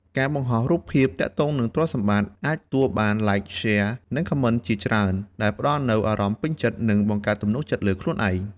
ការបង្ហោះរូបភាពទាក់ទងនឹងទ្រព្យសម្បត្តិអាចទទួលបាន "Like" "Share" និង Comment ជាច្រើន ដែលផ្តល់នូវអារម្មណ៍ពេញចិត្ត និងបង្កើនទំនុកចិត្តលើខ្លួនឯង។